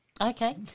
Okay